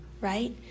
Right